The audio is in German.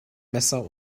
messer